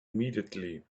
immediately